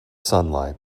sunlight